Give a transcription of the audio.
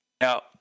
Now